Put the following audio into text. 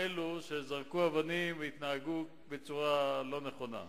ו-127 40 כתבי אישום לאלו שזרקו אבנים והתנהגו בצורה לא נכונה.